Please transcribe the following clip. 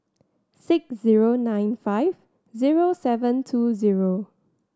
six zero nine five zero seven two zero